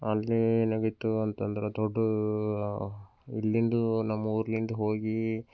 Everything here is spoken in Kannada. ಅಲ್ಲಿ ಅಂದರೆ ದೊಡ್ಡ ಇಲ್ಲಿನದ್ದು ನಮ್ಮ ಊರಿಂದ ಹೋಗಿ